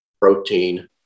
protein